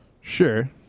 Sure